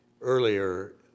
earlier